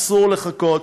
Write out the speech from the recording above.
אסור לחכות,